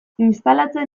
instalatzen